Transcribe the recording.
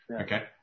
Okay